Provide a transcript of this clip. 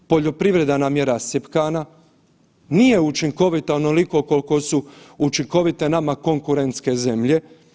Poljoprivreda nam je rascjepkana, nije učinkovita onoliko koliko su učinkovite nama konkurentske zemlje.